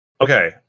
Okay